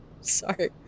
sorry